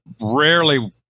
rarely